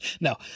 No